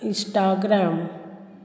Instagram